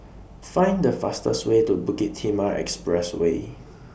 Find The fastest Way to Bukit Timah Expressway